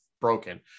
broken